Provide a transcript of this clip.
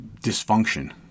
dysfunction